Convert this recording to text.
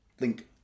Link